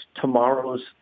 tomorrow's